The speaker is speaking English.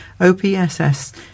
OPSS